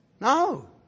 No